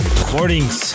Recordings